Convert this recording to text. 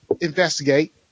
investigate